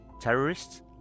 terrorists